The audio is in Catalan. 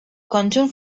conjunt